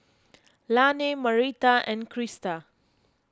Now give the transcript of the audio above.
Laney Marita and Christa